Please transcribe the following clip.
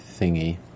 thingy